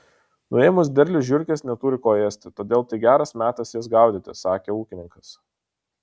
nuėmus derlių žiurkės neturi ko ėsti todėl tai geras metas jas gaudyti sakė ūkininkas